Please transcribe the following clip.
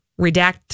redact